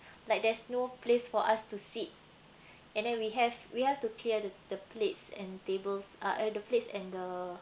like there's no place for us to sit and then we have we have to clear the the plates and tables uh the plates and the